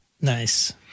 Nice